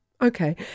Okay